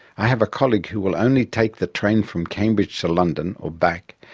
i have a colleague who will only take the train from cambridge to london, or back,